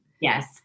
Yes